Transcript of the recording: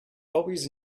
always